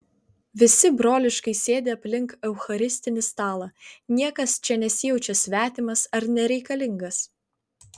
visi broliškai sėdi aplink eucharistinį stalą niekas čia nesijaučia svetimas ar nereikalingas